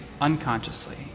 unconsciously